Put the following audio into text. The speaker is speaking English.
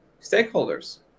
stakeholders